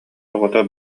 оҕото